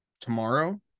tomorrow